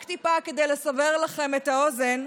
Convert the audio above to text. רק טיפה כדי לסבר לכם את האוזן,